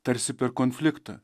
tarsi per konfliktą